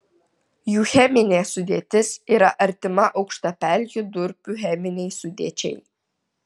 jų cheminė sudėtis yra artima aukštapelkių durpių cheminei sudėčiai